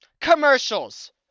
Commercials